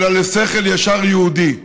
אלא לשכל ישר יהודי.